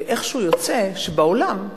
איכשהו יוצא שבעולם,